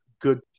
good